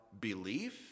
belief